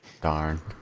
Darn